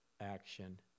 action